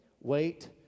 wait